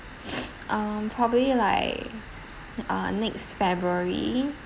um probably like uh next february